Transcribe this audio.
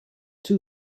too